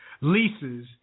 leases